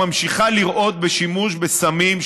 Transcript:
ממשיכה לראות בשימוש בסמים,